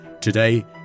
Today